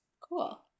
Cool